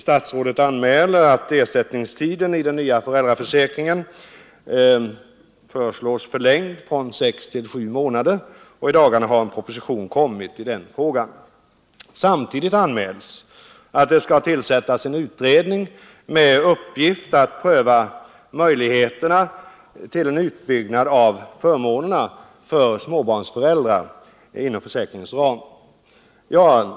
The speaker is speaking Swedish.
Statsrådet anmäler att ersättningstiden i den nya föräldraförsäkringen föreslås förlängd från 6 till 7 månader, och i dagarna har en proposition kommit i den frågan. Samtidigt anmäls att det skall tillsättas en utredning med uppgift att pröva möjligheterna till en utbyggnad av förmånerna för småbarnsföräldrar inom försäkringens ram.